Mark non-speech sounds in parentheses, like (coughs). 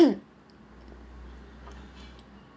(coughs)